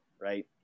right